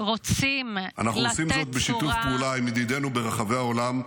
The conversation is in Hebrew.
אנחנו עושים זאת בשיתוף פעולה עם ידידינו ברחבי העולם,